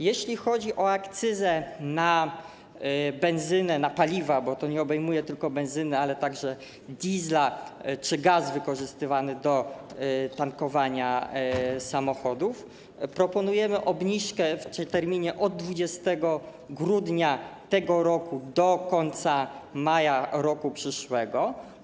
Jeśli chodzi o akcyzę na benzynę, na paliwa - bo to obejmuje nie tylko benzynę, ale także diesel czy gaz wykorzystywany do tankowania samochodów - proponujemy obniżkę w terminie od 20 grudnia tego roku do końca maja roku przyszłego.